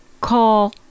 Call